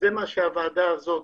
זה מה שהוועדה הזאת,